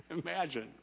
Imagine